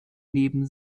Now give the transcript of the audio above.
neben